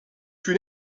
fut